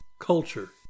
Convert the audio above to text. culture